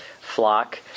flock